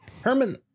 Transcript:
Herman